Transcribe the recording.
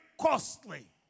costly